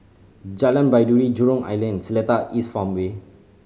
Jalan Baiduri Jurong Island and Seletar East Farmway